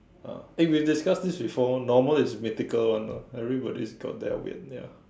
uh eh we discuss this before normal is mythical [one] you know everybody has got their win ya